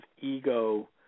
ego